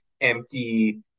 empty